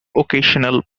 occasional